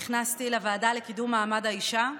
נכנסתי לוועדה לקידום מעמד האישה,